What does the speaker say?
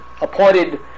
appointed